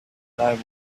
that